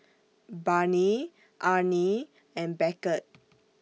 Barney Arne and Beckett